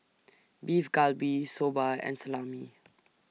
Beef Galbi Soba and Salami